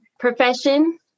profession